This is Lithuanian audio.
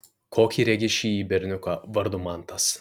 kokį regi šįjį berniuką vardu mantas